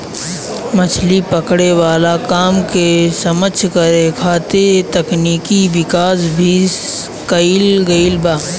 मछली पकड़े वाला काम के सक्षम करे खातिर तकनिकी विकाश भी कईल गईल बा